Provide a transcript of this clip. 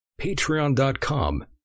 patreon.com